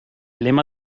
lema